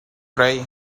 try